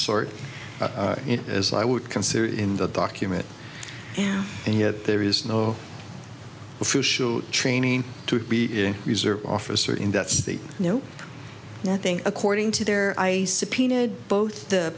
sort as i would consider in the document and yet there is no official training to be a reserve officer in that state no nothing according to their subpoenaed both the